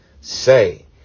say